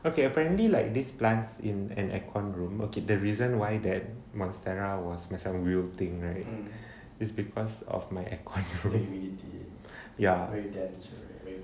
okay apparently like these plants in an aircon room okay the reason why that monstera is a will thing right is because of my aircon room ya